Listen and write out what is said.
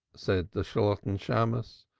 said the shalotten shammos.